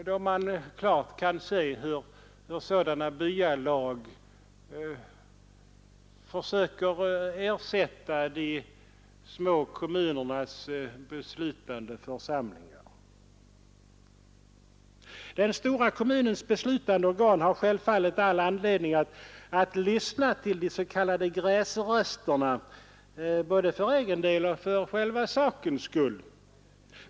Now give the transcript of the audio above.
Man kan klart se hur byalagen försöker ersätta de små kommunernas beslutande församlingar. Den stora kommunens beslutande organ har självfallet all anledning att lyssna till de s.k. gräsrötterna, både för egen del och för själva sakens skull.